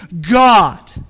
God